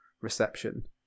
reception